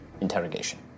interrogation